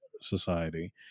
society